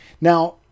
now